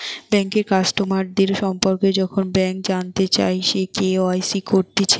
বেঙ্কের কাস্টমারদের সম্পর্কে যখন ব্যাংক জানতে চায়, সে কে.ওয়াই.সি করতিছে